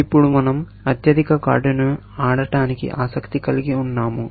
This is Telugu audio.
ఇప్పుడు మనం అత్యధిక కార్డును ఆడటానికి ఆసక్తి కలిగి ఉన్నాము